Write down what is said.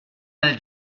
nel